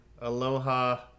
Aloha